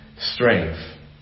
strength